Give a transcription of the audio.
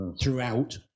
throughout